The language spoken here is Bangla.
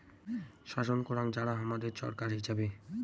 শাসন করাং যারা হামাদের ছরকার হিচাবে